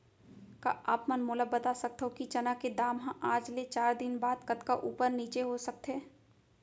का आप मन मोला बता सकथव कि चना के दाम हा आज ले चार दिन बाद कतका ऊपर नीचे हो सकथे?